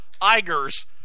Iger's